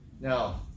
Now